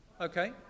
Okay